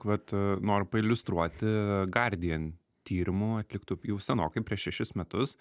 vat noriu pailiustruoti guardian tyrimų atliktų jau senokai prieš šešis metus